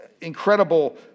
incredible